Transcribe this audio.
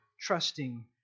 trusting